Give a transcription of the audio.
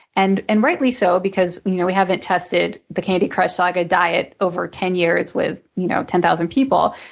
and and rightly so because you know we haven't tested the candy crush saga diet over ten years with you know ten thousand people,